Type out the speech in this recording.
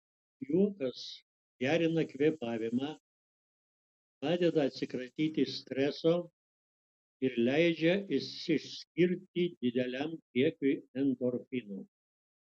juokas gerina kvėpavimą padeda atsikratyti streso ir leidžia išsiskirti dideliam kiekiui endorfinų